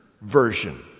version